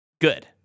Good